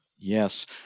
Yes